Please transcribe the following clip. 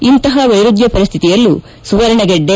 ಇಂತಹ ವೈರುದ್ಧ ಪರಿಸ್ತಿತಿಯಲ್ಲೂ ಸುವರ್ಣಗೆಡ್ಡೆ